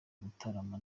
gutaramana